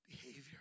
behavior